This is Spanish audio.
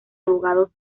abogados